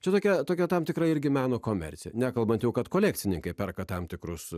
čia tokia tokia tam tikra irgi meno komercija nekalbant jau kad kolekcininkai perka tam tikrus